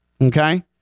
Okay